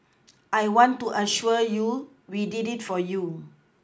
I want to assure you we did it for you